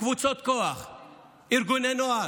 קבוצות כוח, ארגוני נוער.